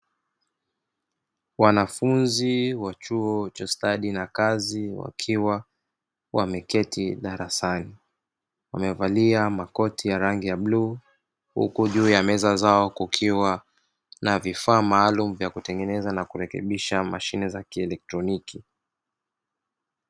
Wanafunzi wa chuo cha stadi na kazi, wakiwa wameketi darasani. Wamevalia makoti ya rangi ya bluu, huku juu ya meza zao kukiwa na vifaa maalumu vya kutengeneza na kurekebisha mashine za kielektroniki.